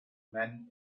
men